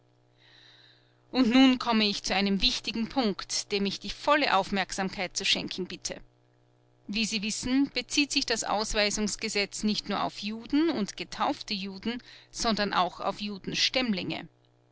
und nun komme ich zu einem wichtigen punkt dem ich die volle aufmerksamkeit zu schenken bitte wie sie wissen bezieht sich das ausweisungsgesetz nicht nur auf juden und getaufte juden sondern auch auf